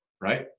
right